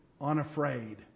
Unafraid